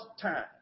time